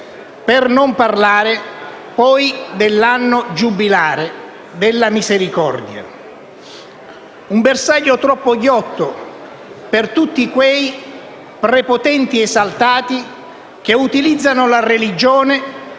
per non parlare poi dell'Anno giubilare della Misericordia, un bersaglio troppo ghiotto per tutti quei prepotenti esaltati che utilizzano la religione